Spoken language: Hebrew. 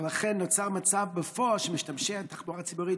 לכן נוצר מצב בפועל שמשתמשי התחבורה הציבורית